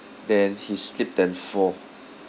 then he slipped and fall